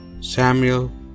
Samuel